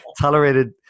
Tolerated